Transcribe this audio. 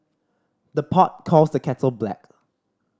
the pot calls the kettle black